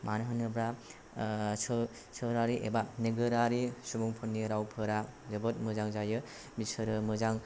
मानो होनोब्ला सोहोरारि एबा नोगोरारि सुबुंफोरनि रावफोरा जोबोद मोजां जायो बिसोरो मोजां